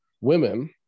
women